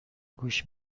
گوش